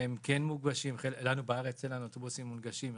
שהם כן מונגשים לנו בארץ אין אוטובוסים מונגשים,